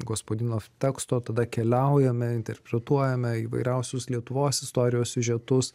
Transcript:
gospadinov teksto tada keliaujame interpretuojame įvairiausius lietuvos istorijos siužetus